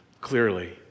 clearly